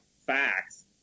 facts